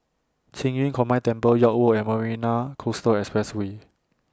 Qing Yun Combined Temple York Road and Marina Coastal Expressway